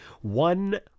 one